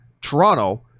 Toronto